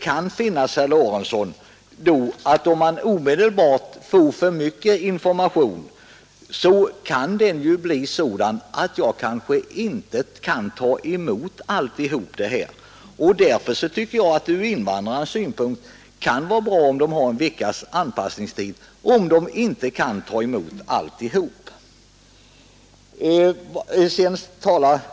Men om man omedelbart får för mycket information kan man kanske inte tillgodogöra sig alla upplysningar. Därför kan det ur invandrarnas synpunkt vara bra om de har en viss anpassningstid så att de bättre kan tillgodogöra sig informationen.